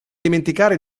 dimenticare